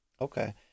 Okay